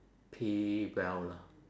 pay well lah